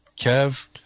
Kev